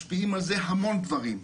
משפיעים על זה המון דברים,